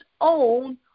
own